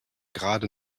gerade